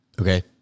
Okay